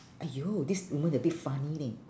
!aiyo! this woman a bit funny leh